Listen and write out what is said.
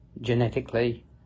genetically